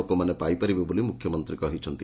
ଲୋକମାନେ ପାଇପାରିବେ ବୋଲି ମୁଖ୍ୟମନ୍ତୀ କହିଛନ୍ତି